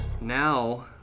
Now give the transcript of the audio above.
now